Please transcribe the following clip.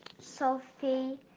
Sophie